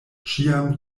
ĉiam